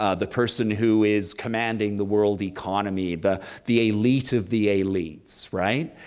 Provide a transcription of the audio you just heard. ah the person who is commanding the world economy, the the elite of the elites, right,